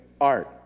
art